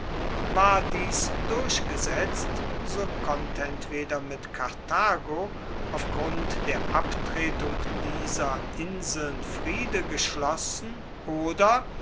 war dies durchgesetzt so konnte entweder mit karthago auf grund der abtretung dieser inseln friede geschlossen oder